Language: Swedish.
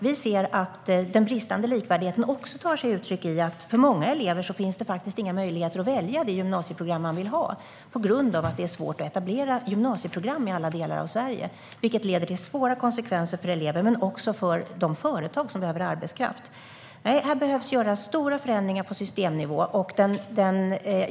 Vi ser att den bristande likvärdigheten också tar sig uttryck i att det för många elever faktiskt inte finns möjlighet att välja det gymnasieprogram de vill gå på grund av att det är svårt att etablera gymnasieprogram i alla delar av Sverige. Det leder till svåra konsekvenser för elever men också för de företag som behöver arbetskraft. Nej, här behöver det göras stora förändringar på systemnivå.